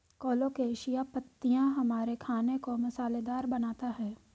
colocasia पत्तियां हमारे खाने को मसालेदार बनाता है